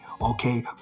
Okay